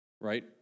right